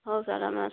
ହେଉ ସାର୍ ଆମେ ଆସୁଛୁ